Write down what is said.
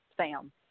Sam